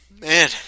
Man